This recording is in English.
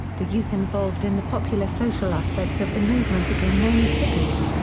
the youth involved in the popular social aspects of the movement became known as hippies.